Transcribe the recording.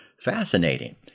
fascinating